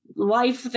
life